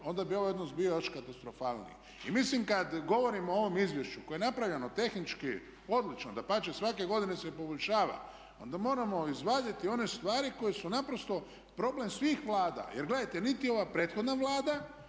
onda bi ovaj iznos bio još katastrofalniji. I mislim kad govorimo o ovom izvješću koje je napravljeno tehnički odlično, dapače svake godine se poboljšava, onda moramo izvaditi one stvari koje su naprosto problem svih vlada. Jer gledajte, niti ova prethodna Vlada